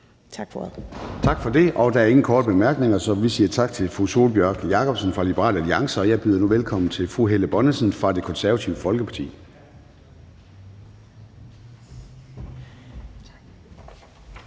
Tak for det. Der er ingen korte bemærkninger, så vi siger tak til fru Sólbjørg Jakobsen fra Liberal Alliance, og jeg byder nu velkommen til fru Helle Bonnesen fra Det Konservative Folkeparti.